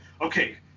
okay